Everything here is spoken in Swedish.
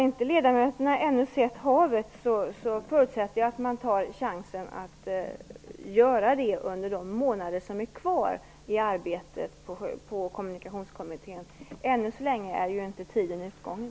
Har ledamöterna ännu inte sett havet förutsätter jag att man tar chansen att göra det under de månader som är kvar av arbetet med Kommunikationskommittén. Än så länge är tiden inte utgången.